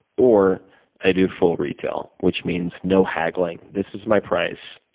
or i do full retail, which means no haggling. this is my price,